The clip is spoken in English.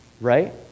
Right